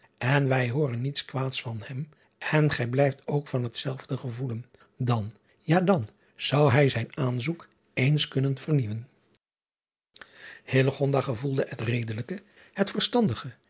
en wij hooren niets kwaads van hem en gij blijft ook van het zelfde gevoelen dan ja dan zou hij zijn aanzoek eens kunnen vernieuwen gevoelde het redelijke het verstandige